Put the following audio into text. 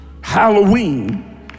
Halloween